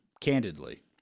Candidly